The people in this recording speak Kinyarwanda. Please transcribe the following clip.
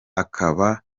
akaba